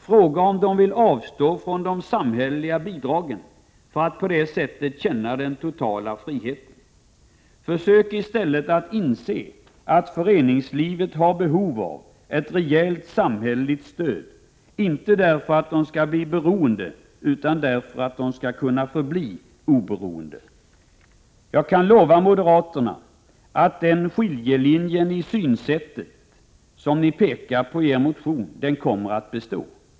Fråga om de vill avstå från de samhälleliga bidragen för att på det sättet känna den totala friheten! Försök i stället att inse att föreningslivet har behov av ett rejält samhälleligt stöd, inte för att föreningarna skall bli beroende utan för att de skall kunna förbli oberoende. Jag kan lova moderaterna att den skiljelinje i synsättet som ni pekar på i er motion kommer att bestå.